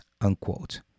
unquote